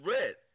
red